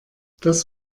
das